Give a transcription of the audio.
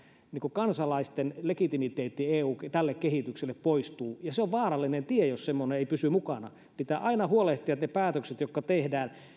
kansalaisten kokema legitimiteetti tälle kehitykselle poistuu ja se on vaarallinen tie jos semmoinen ei pysy mukana pitää aina huolehtia että ne päätökset jotka tehdään